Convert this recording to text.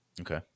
okay